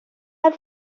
are